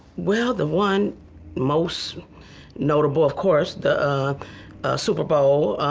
well, the one most notable, of course, the super bowl